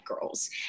girls